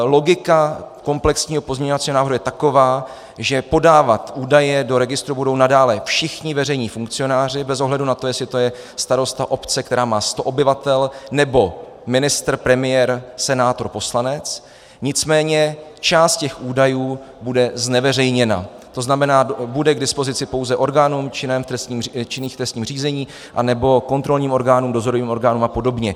Logika komplexního pozměňovacího návrhu je taková, že podávat údaje do registru budou nadále všichni veřejní funkcionáři bez ohledu na to, jestli to je starosta obce, která má sto obyvatel, nebo ministr, premiér, senátor, poslanec, nicméně část těch údajů bude zneveřejněna, to znamená, bude k dispozici pouze orgánům činným v trestním řízení nebo kontrolním orgánům, dozorovým orgánům apod.